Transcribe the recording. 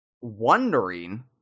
wondering